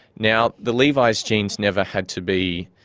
now the levis jeans never had to be,